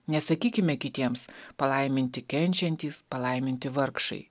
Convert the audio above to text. nesakykime kitiems palaiminti kenčiantys palaiminti vargšai